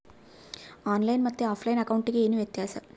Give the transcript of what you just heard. On line ಮತ್ತೆ offline ಅಕೌಂಟಿಗೆ ಏನು ವ್ಯತ್ಯಾಸ?